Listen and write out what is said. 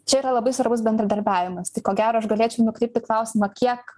čia yra labai svarbus bendradarbiavimas tai ko gero aš galėčiau nukreipti klausimą kiek